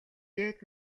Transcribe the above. дээд